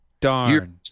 Darn